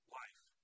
life